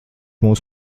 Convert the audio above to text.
mūs